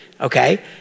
okay